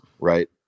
Right